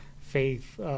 Faith